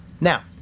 Now